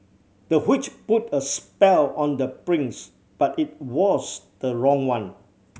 the witch put a spell on the prince but it was the wrong one